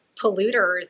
polluters